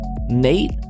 Nate